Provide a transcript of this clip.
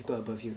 people above you